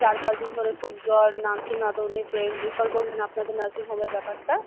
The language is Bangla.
চার পাঁচ দিন ধরে খুব জ্বর নামছে না তো উনি পেয়ে রেফার করলেন আপনাদের নার্সিংহোমের ব্যাপারটা